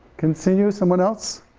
continue, someone else.